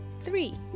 Three